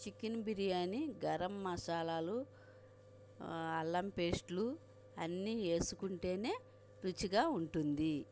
chicken biryani garam మసాలాలు అల్లం పేస్టులు అన్నీ వేసుకుంటేనే రుచిగా ఉంటుంది